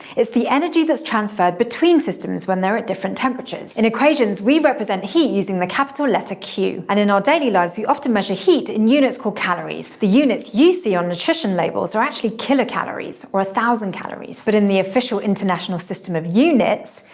it's the energy that's transferred between systems, when they're at different temperatures. in equations, we represent heat using the capital letter q. and in our daily lives, we often measure heat in units called calories. the units you see on nutrition labels are actually kilocalories, or a thousand calories. but in the official international system of units,